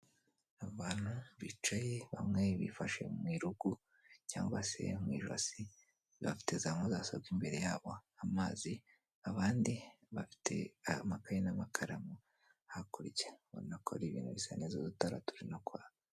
Abantu bicaye bamwe bifashe mu irugu cyangwa se mu ijosi bafite za mudasobwa imbere yabo, amazi, abandi bafite amakaye n'amakaramu hakurya banakora ibintu bisa neza udutara turi no kwaka.